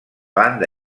banda